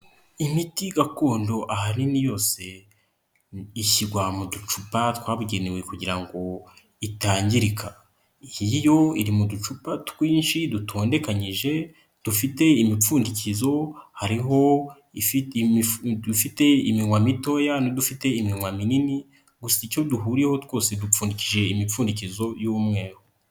Imiti gakondo ahanini yose ishyirwa mu ducupa twabugenewe kugira ngo itangirika, iyi yo iri mu ducupa twinshi dutondeganyije dufite imipfundikizo, hariho ifite udufite iminwa mitoya n'udufite iminwa minini gusa icyo duhuriyeho twose dupfundikishije imipfundikizo y'umweru.